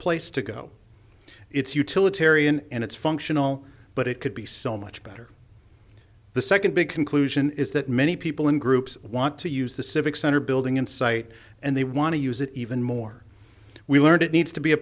place to go it's utilitarian and it's functional but it could be so much better the second big conclusion is that many people in groups want to use the civic center building in sight and they want to use it even more we learned it needs to be a